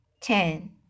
ten